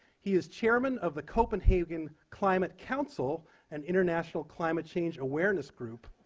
he is chairman of the copenhagen climate council and international climate change awareness group.